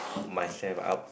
myself up